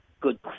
good